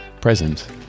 present